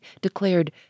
declared